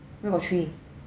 where got three